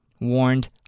warned